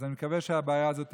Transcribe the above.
אז אני מקווה שהבעיה הזאת תיפתר.